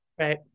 Right